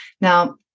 Now